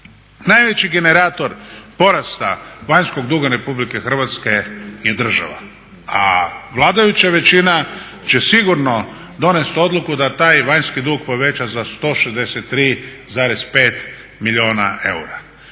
Najveći generator porasta vanjskog duga RH je država, a vladajuća većina će sigurno donest odluku da taj vanjski dug poveća za 163,5 milijuna eura.